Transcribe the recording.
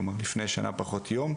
כלומר לפני שנה פחות יום,